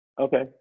Okay